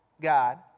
God